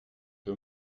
que